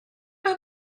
how